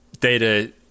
Data